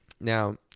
Now